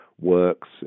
works